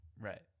Right